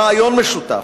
רעיון משותף,